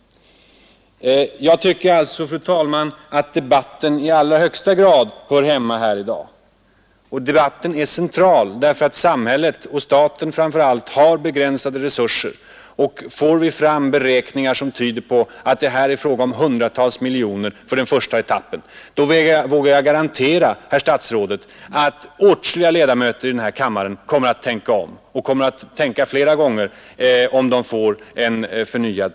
Jag tycker sålunda, fru talman, att debatten i allra högsta grad hör hemma här i dag. Och debatten är central, därför att staten har begränsade resurser. Och om vi får fram beräkningar som visar att det här är fråga om hundratals miljoner för den första etappen, så vågar jag garantera, herr statsråd, att ätskilliga ledamöter i denna kammare kommer att tänka om, i fall de får pröva frågan på nytt.